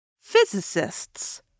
Physicists